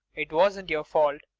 it wasn't your fault.